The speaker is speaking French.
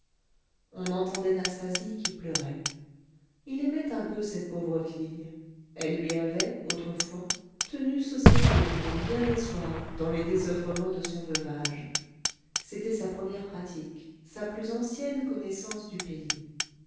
on entendait nastasie qui pleurait il aimait un peu cette pauvre fille elle lui avait autrefois tenu société pendant bien des soirs dans les désoeuvrements de son veuvage c'était sa première pratique sa plus ancienne connaissance du pays